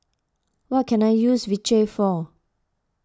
what can I use Vichy for